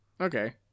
Okay